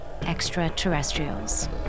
extraterrestrials